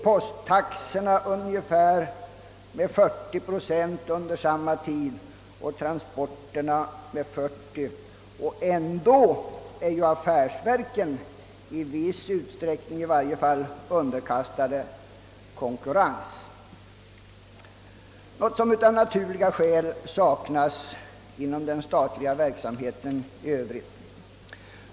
Portona och transporttaxorna steg under samma tid med ungefär 40 procent, Ändå är affärsverken i varje fall i viss utsträckning underkastade konkurrens, något som av naturliga skäl saknas inom den statliga verksamheten i övrigt.